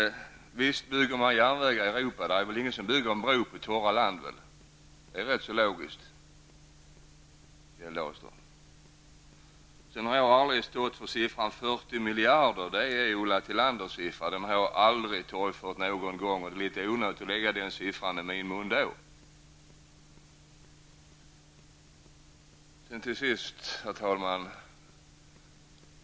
Visst bygger man järnvägar i Europa. Det är rätt logiskt att ingen bygger en bro på torra land, Kjell Siffran 40 miljarder är Ulla Tillanders siffra. Den har jag aldrig torgfört någon gång, och då är det litet onödigt att lägga den siffran i min mun.